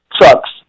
trucks